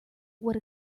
what